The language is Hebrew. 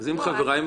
צריך להוציא את זה.